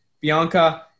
Bianca